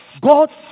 God